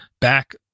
back